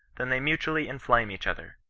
than they mutually inflame each other.